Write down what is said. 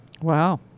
Wow